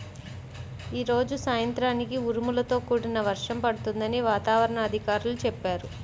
యీ రోజు సాయంత్రానికి ఉరుములతో కూడిన వర్షం పడుతుందని వాతావరణ అధికారులు చెప్పారు